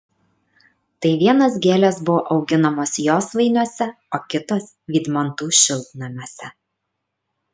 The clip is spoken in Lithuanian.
tai vienos gėlės buvo auginamos josvainiuose o kitos vydmantų šiltnamiuose